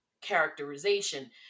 characterization